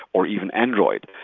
or even android.